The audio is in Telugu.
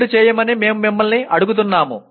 రెండు చేయమని మేము మిమ్మల్ని అడుగుతున్నాము